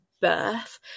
birth